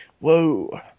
Whoa